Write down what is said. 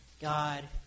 God